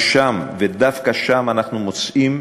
ודווקא שם אנחנו מוצאים,